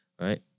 Right